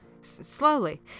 Slowly